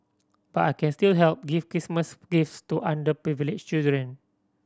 but I can still help give Christmas gifts to underprivileged children